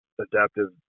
adaptive